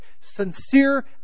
sincere